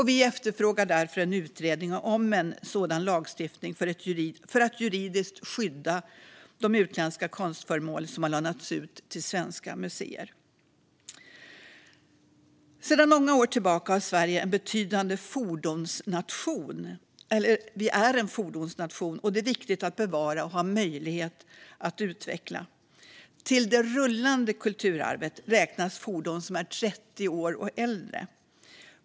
Vi efterfrågar därför en utredning om en sådan lagstiftning för att juridiskt skydda de utländska konstföremål som har lånats ut till svenska museer. Sedan många år tillbaka är Sverige en betydande fordonsnation. Det är viktigt att bevara och ha möjlighet att utveckla det. Till det rullande kulturarvet räknas fordon som är 30 år och äldre.